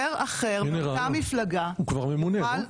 הנה רעיון, הוא כבר ממונה לא?